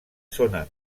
zona